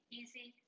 easy